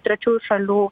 trečiųjų šalių